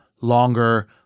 longer